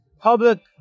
public